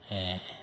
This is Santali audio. ᱦᱮᱸ